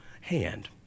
hand